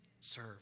Serve